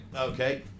Okay